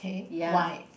ya